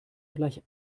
gleich